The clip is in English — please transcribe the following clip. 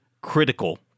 critical